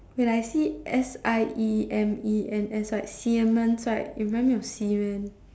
when I see S I E M E N S right Siemens right it reminds me of semen